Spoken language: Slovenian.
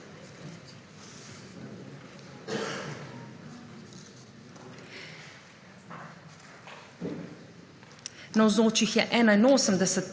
Navzočih je 81